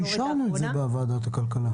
אישרנו את זה בוועדת הכלכלה.